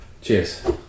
cheers